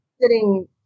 sitting